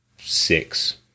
six